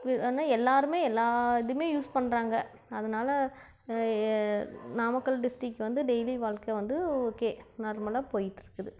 ஆனால் எல்லோருமே எல்லா இதுவுமே யூஸ் பண்றாங்க அதனால் ஏ நாமக்கல் டிஸ்ட்ரிக்ட் வந்து டெய்லி வாழ்க்கை வந்து ஓகே நார்மலாக போயிட்டிருக்குது